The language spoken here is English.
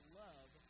love